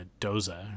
Doza